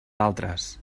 altres